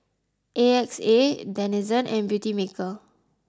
A X A Denizen and Beautymaker